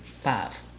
five